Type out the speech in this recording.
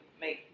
make